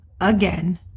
again